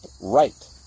right